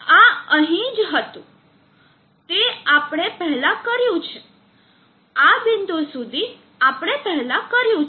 આ અહીં જ હતું જે આપણે પહેલાં કર્યું છે આ બિંદુ સુધી આપણે પહેલા કર્યું છે